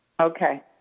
Okay